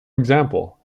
example